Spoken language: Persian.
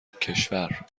کشور